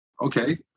Okay